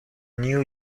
neil